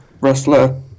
wrestler